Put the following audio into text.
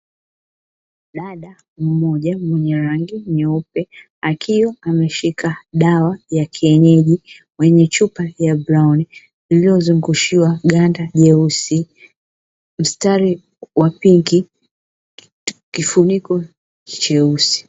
Dada mmoja mwenye rangi nyeupe akiwa ameshika dawa ya kienyeji kwenye chupa ya brauni iliyozungusiwa ganda jeusi, mstari wa pinki, kifuniko cheusi.